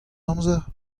amzer